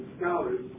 scholars